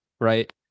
right